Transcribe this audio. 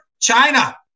China